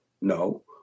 no